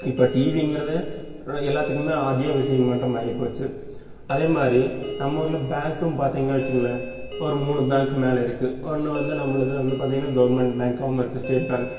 இப்போ டிவிங்கிறது எல்லாத்துக்குமே அத்தியாவசிய மாட்டம் ஆயிப்போச்சு அதே மாதிரி நம்ம ஊரில் பேங்க்கும் பார்த்திங்கனா வச்சுங்களேன் ஒரு மூணு பேங்க்கு மேலே இருக்கு ஒன்று வந்து நம்மளுது வந்து பார்த்திங்கனா கவர்மெண்ட் பேங்க்காகவும் இருக்கு ஸ்டேட் பேங்க்